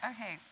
Okay